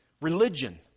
religion